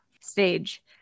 stage